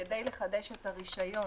כדי לחדש את הרישיון,